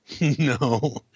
No